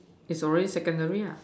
is already secondary ah